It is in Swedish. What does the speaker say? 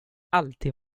alltid